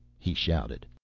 he shouted.